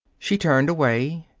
she turned away.